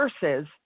versus